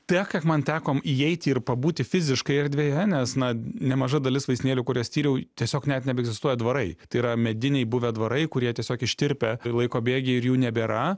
tiek kiek man teko įeiti ir pabūti fiziškai erdvėje nes na nemaža dalis vaistinėlių kurias tyriau tiesiog net nebeegzistuoja dvarai yra mediniai buvę dvarai kurie tiesiog ištirpę laiko bėgy ir jų nebėra